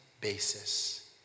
basis